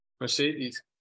Mercedes